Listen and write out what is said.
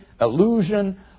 illusion